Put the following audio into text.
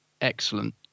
excellent